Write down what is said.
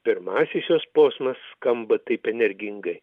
pirmasis jos posmas skamba taip energingai